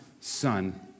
son